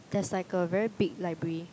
there's like a very big library